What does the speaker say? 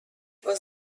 was